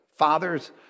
fathers